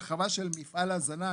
הרחבה של מפעל הזנה,